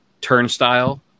turnstile